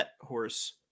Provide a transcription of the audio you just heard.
horse